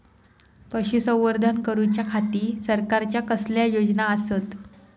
पशुसंवर्धन करूच्या खाती सरकारच्या कसल्या योजना आसत?